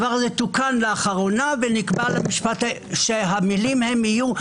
זה תוקן באחרונה ונקבע למשפט שהמילים יהיו: